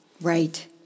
Right